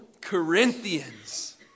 Corinthians